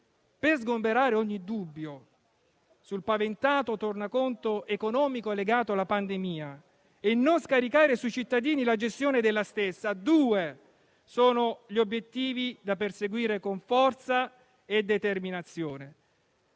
Per sgomberare ogni dubbio sul paventato tornaconto economico legato alla pandemia e non scaricarne sui cittadini la gestione, due sono gli obiettivi da perseguire con forza e determinazione: